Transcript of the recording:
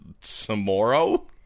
tomorrow